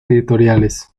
editoriales